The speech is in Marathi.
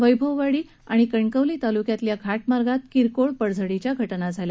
वैभववाडी आणि कणकवली तालुक्यातल्या घा मार्गात किरकोळ पडझडीच्या घाजी घडल्या